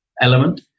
element